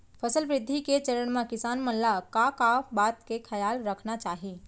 फसल वृद्धि के चरण म किसान मन ला का का बात के खयाल रखना चाही?